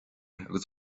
agus